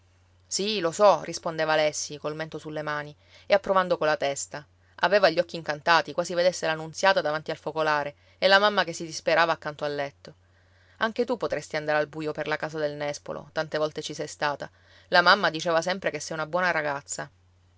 sì lo so rispondeva alessi col mento sulle mani e approvando colla testa aveva gli occhi incantati quasi vedesse la nunziata davanti al focolare e la mamma che si disperava accanto al letto anche tu potresti andare al buio per la casa del nespolo tante volte ci sei stata la mamma diceva sempre che sei una buona ragazza